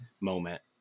moment